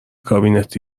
کابینت